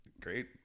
Great